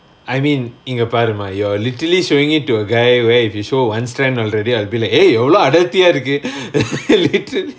I mean இங்க பாருமா:inga paarumaa you are literally showing it to a guy where if you show one strand already I'll be like eh எவ்ளோ அடர்த்தியா இருக்கு:evlo adarthiyaa irukku literally